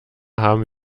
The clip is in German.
haben